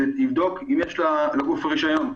שתבדוק אם לגוף רישיון.